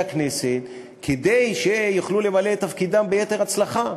הכנסת כלים אחרים כדי שיוכלו למלא את תפקידם ביתר הצלחה.